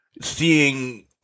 seeing